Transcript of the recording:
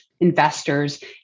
investors